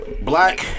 Black